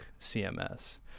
CMS